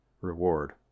reward